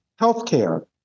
healthcare